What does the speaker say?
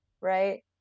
Right